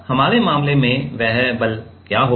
अब हमारे मामले में वह बल क्या होगा